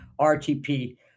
RTP